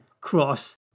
cross